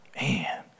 man